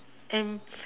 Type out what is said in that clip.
and